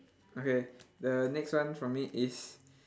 okay the next one for me is